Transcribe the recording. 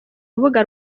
rubuga